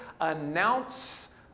announce